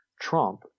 Trump